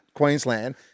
Queensland